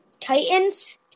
Titans